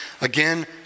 Again